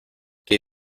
qué